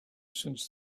since